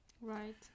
Right